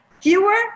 fewer